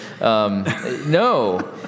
No